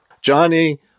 Johnny